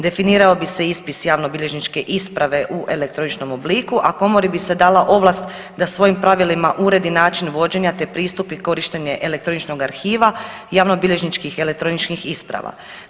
Definirao bi se ispis javnobilježničke isprave u elektroničnom obliku, a komori bi se dala ovlast da svojim pravilima uredi način vođenja te pristup i korištenje elektroničnog arhiva, javnobilježničkih elektroničnih isprava.